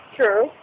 True